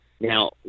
Now